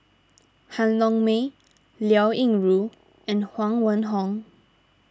Han Yong May Liao Yingru and Huang Wenhong